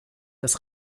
das